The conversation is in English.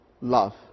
love